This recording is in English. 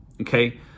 okay